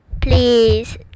please